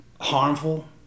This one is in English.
harmful